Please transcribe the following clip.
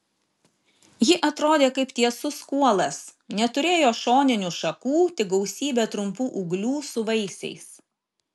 ji atrodė kaip tiesus kuolas neturėjo šoninių šakų tik gausybę trumpų ūglių su vaisiais